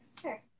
Sure